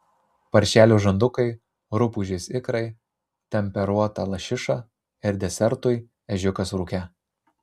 paršelio žandukai rupūžės ikrai temperuota lašiša ir desertui ežiukas rūke